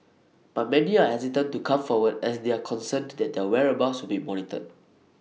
but many are hesitant to come forward as they are concerned that their whereabouts would be monitored